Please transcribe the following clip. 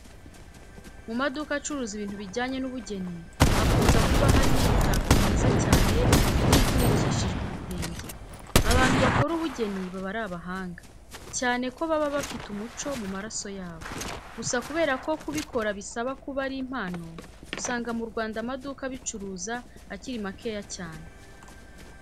Mu maduka acuruza ibintu bijyanye n'ubugeni hakunda kuba harimo imitako myiza cyane igiye ifunikishijwe ibitenge. Abantu bakora ubugeni baba ari abahanga, cyane ko baba bafite umuco mu maraso yabo. Gusa kubera ko kubikora bisaba kuba ari impano, usanga mu Rwanda amaduka abicuruza akiri makeya cyane.